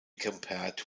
compared